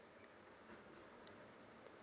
to